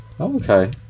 Okay